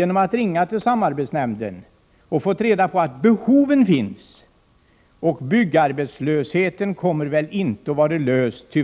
genom att ringa till samarbetsnämnden. Jag fick då reda på att behoven finns. Och när det gäller frågan om byggarbetslösheten kommer den, tyvärr, nog inte att vara löst